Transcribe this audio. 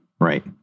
right